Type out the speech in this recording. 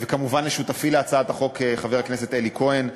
וכמובן, לשותפי להצעת החוק, חבר הכנסת אלי כהן.